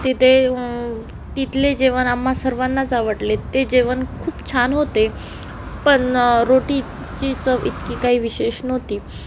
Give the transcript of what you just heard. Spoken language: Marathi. तिथे तिथले जेवण आम्हा सर्वांनाच आवडले ते जेवण खूप छान होते पण रोटीची चव इतकी काही विशेष नव्हती